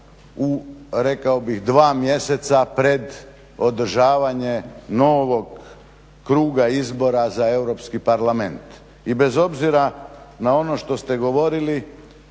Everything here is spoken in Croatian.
u rekao bih dva mjeseca pred održavanje novog kruga izbora za Europski parlament. I bez obzira na ono što ste govorili